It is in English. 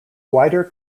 wider